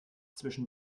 zwischen